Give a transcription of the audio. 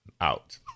out